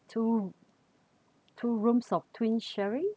two two rooms of twin sharing